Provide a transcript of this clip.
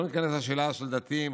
ולא ניכנס לשאלה של דתיים,